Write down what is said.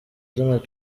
donald